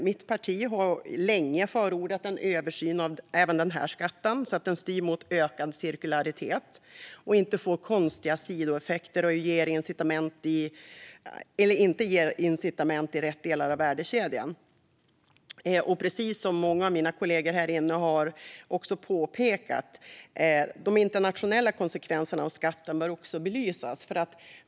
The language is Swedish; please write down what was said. Mitt parti har länge förordat en översyn av även den skatten för att den ska styra mot ökad cirkularitet och ge incitament i rätt delar av värdekedjan och inte leda till konstiga sidoeffekter. Precis som många av mina kollegor här i kammaren har påpekat bör också de internationella konsekvenserna av skatten belysas.